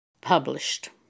published